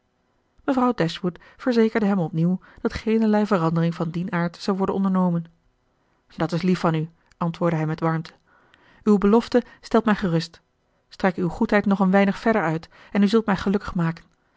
mevrouw dashwood verzekerde hem opnieuw dat geenerlei verandering van dien aard zou worden ondernomen dat is lief van u antwoordde hij met warmte uwe belofte stelt mij gerust strek uwe goedheid nog een weinig verder uit en u zult mij gelukkig maken